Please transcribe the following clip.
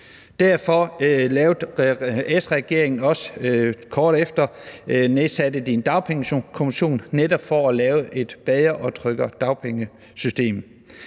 Derfor nedsatte S-regeringen også kort efter en Dagpengekommission netop for at lave et bedre og tryggere dagpengesystem.